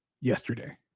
yesterday